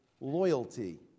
loyalty